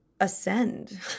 ascend